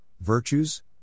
virtues